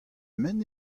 men